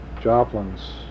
Joplin's